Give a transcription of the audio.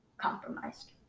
compromised